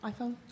iPhone